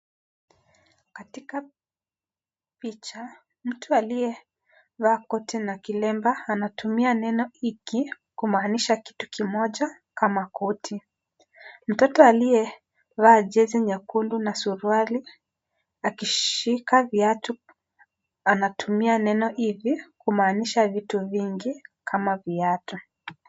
Katika picha, mtu aliyevaa koti na kilemba anatumia neno hiki, kumaanisha kitu kimoja kama koti. Mtoto aliyevaa jezi nyekundu na suruali akishika viatu anatumia neno hivi, kumaanisha vitu vingi kama viatu.